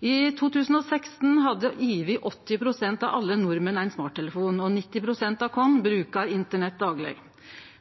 I 2016 hadde over 80 pst. av alle nordmenn ein smarttelefon, og 90 pst. av oss brukar internett dagleg.